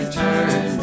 turn